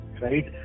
right